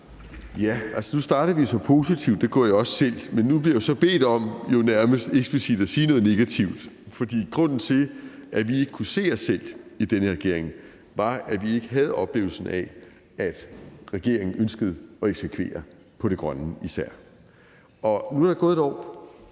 (RV): Nu startede vi så positivt, det gjorde jeg også selv, men nu bliver jeg jo så nærmest eksplicit bedt om at sige noget negativt. For grunden til, at vi ikke kunne se os selv i den her regering, var, at vi ikke havde oplevelsen af, at regeringen ønskede at eksekvere på især det grønne. Nu er der gået et år,